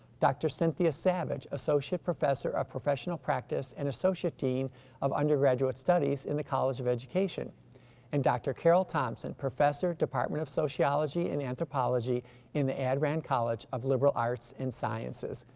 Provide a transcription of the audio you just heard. dr. cynthia savage, associate professor of professional practice and associate dean of undergraduate studies in the college of education and dr. carol thompson, professor department of sociology and anthropology in the addran college of liberal arts and sciences.